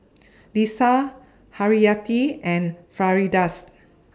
Lisa Haryati and Firdaus